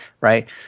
right